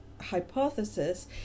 hypothesis